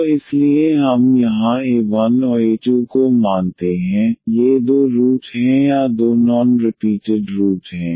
तो इसलिए हम यहाँ a1 और a2 को मानते हैं ये दो रूट हैं या दो नॉन रिपीटेड रूट हैं